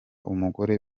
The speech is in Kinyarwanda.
umugore